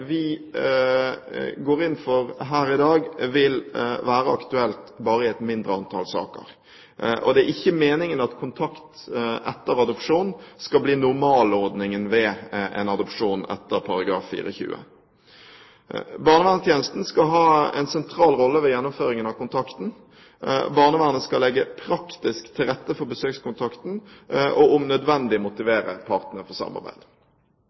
vi går inn for her i dag, vil være aktuelt bare i et mindre antall saker, og det er ikke meningen at kontakt etter adopsjon skal bli normalordningen ved en adopsjon etter § 4-20. Barneverntjenesten skal ha en sentral rolle ved gjennomføringen av kontakten. Barnevernet skal legge praktisk til rette for besøkskontakten og om nødvendig motivere partene for samarbeid.